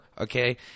okay